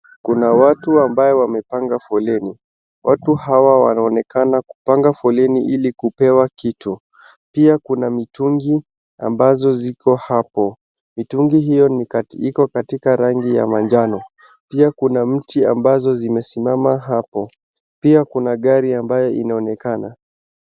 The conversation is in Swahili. Kuna watu ambaye wamepanga foleni. Watu hawa wanaonekana kupanga foleni ili kupewa kitu. Pia kuna mitungi ambazo ziko hapo. Mitungi hio iko katika rangi ya manjano. Pia kuna mti ambazo zimesimama hapo. Pia kuna gari ambaye inaonekana